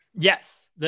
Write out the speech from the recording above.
Yes